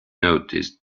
noticed